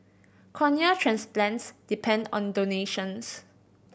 cornea transplants depend on donations